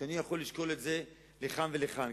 שאני אוכל לשקול את זה לכאן ולכאן.